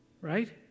right